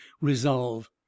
Resolve